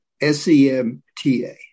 S-E-M-T-A